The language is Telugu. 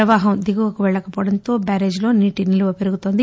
ప్రవాహం దిగువకు పెళ్లకపోవడంతో బ్యారేజిలో నీటి నిలువ పెరుగుతోంది